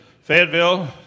Fayetteville